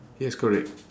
yes correct